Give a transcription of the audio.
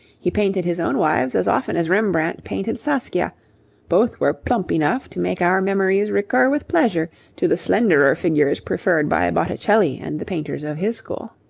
he painted his own wives as often as rembrandt painted saskia both were plump enough to make our memories recur with pleasure to the slenderer figures preferred by botticelli and the painters of his school.